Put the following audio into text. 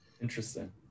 Interesting